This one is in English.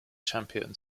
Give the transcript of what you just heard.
champion